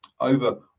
Over